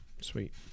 Sweet